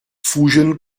fugen